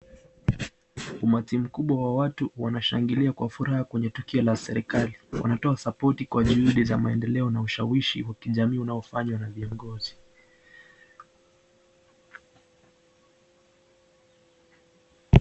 Umati mkubwa wa watu wanashangilia kwa furaha kwenye tukio la serikali wanatoa sapoti kwa juhudi za maendeleo na ushawishi wa kijamii unaofanywa na viongozi.